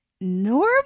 normal